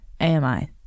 AMI